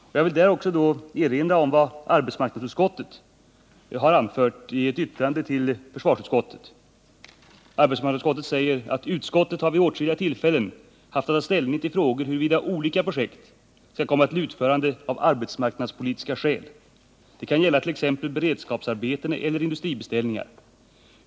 I det sammanhanget vill jag erinra om vad arbetsmarknadsutskottet har anfört i ett yttrande till försvarsutskottet: ”Utskottet har vid åtskilliga tillfällen haft att ta ställning till frågor huruvida olika projekt skall komma till utförande av arbetsmarknadspolitiska skäl. Det kan gälla t.ex. beredskapsarbeten eller industribeställningar.